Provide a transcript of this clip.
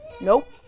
Nope